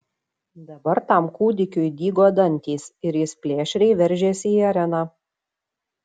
dabar tam kūdikiui dygo dantys ir jis plėšriai veržėsi į areną